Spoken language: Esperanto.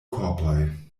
korpoj